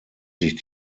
sich